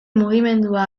mugimendua